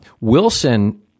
Wilson